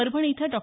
परभणी इथं डॉ